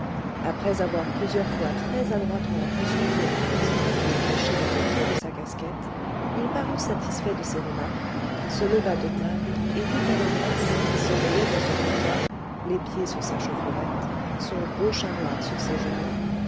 après avoir plusieurs fois très-adroitement consulté un petit papier caché dans le fond de sa casquette il parut satisfait de ses remarques se leva de table et dit à l'ogresse qui sommeillait dans son comptoir les pieds sur sa chaufferette son gros chat noir sur ses genoux